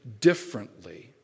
differently